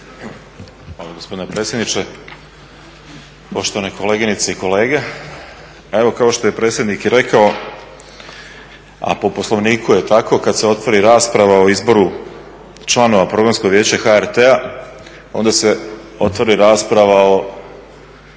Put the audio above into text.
Hvala gospodine predsjedniče. Poštovane kolegice i kolege. Evo kao što je predsjednik rekao, a po Poslovniku je tako kad se otvori rasprava o izboru članova Programskog vijeća HRT-a onda se otvori rasprava o svemu drugom,